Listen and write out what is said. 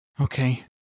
Okay